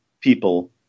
people